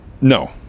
no